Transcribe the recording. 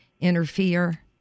interfere